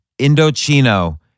Indochino